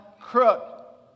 crook